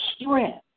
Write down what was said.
strength